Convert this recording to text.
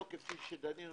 לא כפי שדנינו